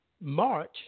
March